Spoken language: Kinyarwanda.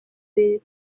leta